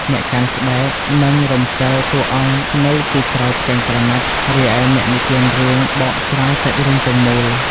អ្នកកាន់ស្បែកកាន់ និងរំកិលតួអង្គនៅពីក្រោយផ្ទាំងក្រណាត់ រីឯអ្នកនិទានរឿងបកស្រាយសាច់រឿងទាំងមូល។